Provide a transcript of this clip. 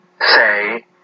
say